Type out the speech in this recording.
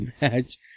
match